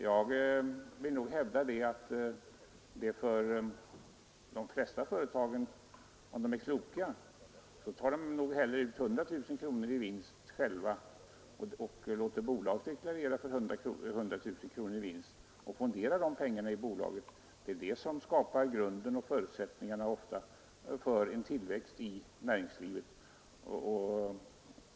Jag vill hävda att de flesta företagare, om de är kloka, hellre tar ut 100 000 kronor i lön åt sig själva och låter bolaget deklarera för 100 000 kronor i vinst, som de sedan fonderar i bolaget. Det är ofta det som skapar förutsättningarna för tillväxt i näringslivet.